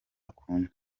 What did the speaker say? akunda